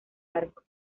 arco